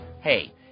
Hey